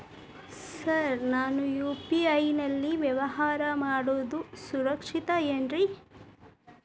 Sir ನಾನು UPI ನಲ್ಲಿ ವ್ಯವಹಾರ ಮಾಡೋದು ಸುರಕ್ಷಿತ ಏನ್ರಿ?